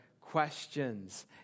questions